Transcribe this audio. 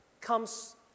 comes